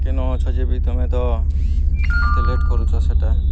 କେନ ଅଛ ଯେ ବିି ତମେ ତ ଏତେ ଲେଟ୍ କରୁଛ ସେଟା